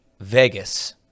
Vegas